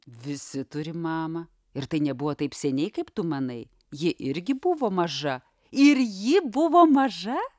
visi turi mamą ir tai nebuvo taip seniai kaip tu manai ji irgi buvo maža ir ji buvo maža